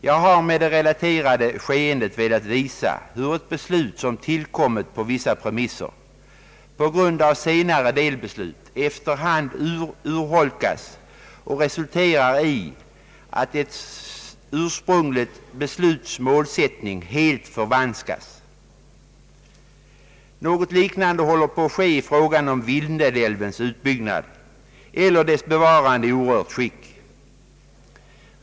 Jag har med det relaterade skeendet velat visa hur ett beslut som har tillkommit på vissa premisser på grund av senare delbeslut efter hand urholkas med resultat att det ursprungliga beslutets målsättning helt förvanskas. Något liknande håller på att ske i fråga om Vindelälvens utbyggnad eller dess bevarande i orört skick.